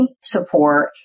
support